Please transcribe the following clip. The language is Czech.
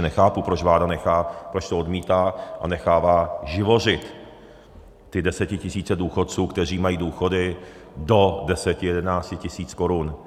Nechápu, proč vláda nechá, proč to odmítá a nechává živořit ty desetitisíce důchodců, kteří mají důchody do deseti, jedenácti tisíc korun.